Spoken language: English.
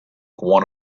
one